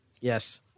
Yes